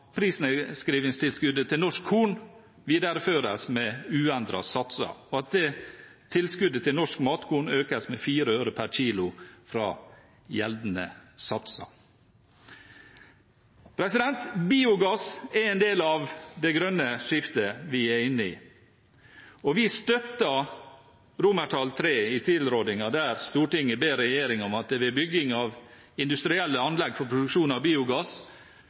tilskuddet til norsk matkorn økes med 4 øre per kg fra gjeldende satser. Biogass er en del av det grønne skiftet vi er inne i, og vi støtter III i tilrådingen, der Stortinget ber regjeringen om at det ved bygging av industrielle anlegg for produksjon av biogass